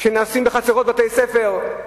שנעשים בחצרות בתי-ספר.